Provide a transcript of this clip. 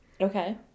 Okay